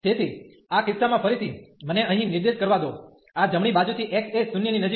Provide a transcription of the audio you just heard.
તેથી આ કિસ્સામાં ફરીથી મને અહીં નિર્દેશ કરવા દો આ જમણી બાજુથી x એ 0 ની નજીક